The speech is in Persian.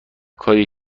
کاریه